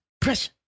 pressure